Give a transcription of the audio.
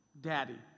daddy